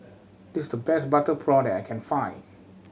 this the best butter prawn that I can find